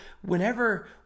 whenever